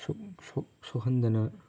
ꯁꯣꯛꯍꯟꯗꯅ